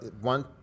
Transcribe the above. one